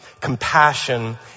compassion